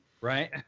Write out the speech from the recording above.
Right